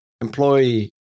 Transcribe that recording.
employee